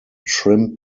trim